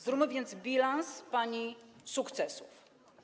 Zróbmy więc bilans pani sukcesów.